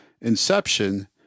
Inception